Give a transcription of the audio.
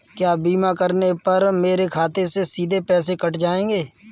क्या बीमा करने पर मेरे खाते से सीधे पैसे कट जाएंगे?